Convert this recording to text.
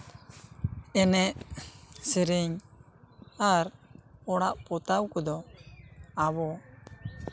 ᱮᱱᱮᱡ ᱥᱮᱨᱮᱧ ᱟᱨ ᱚᱲᱟᱜ ᱯᱚᱛᱟᱣ ᱠᱚᱫᱚ ᱟᱵᱚ